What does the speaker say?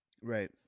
Right